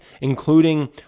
including